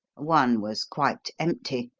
one was quite empty.